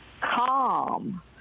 calm